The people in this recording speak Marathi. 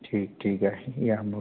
ठीक ठीक आहे या मग